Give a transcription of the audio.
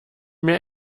mehr